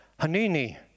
Hanini